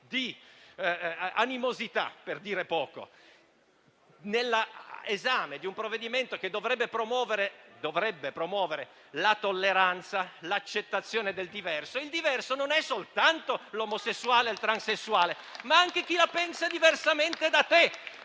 di animosità, a dire poco, nell'esame di un provvedimento che dovrebbe promuovere la tolleranza e l'accettazione del diverso. Il diverso non è soltanto l'omosessuale o il transessuale, ma anche chi la pensa diversamente